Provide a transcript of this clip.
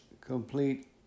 complete